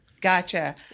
Gotcha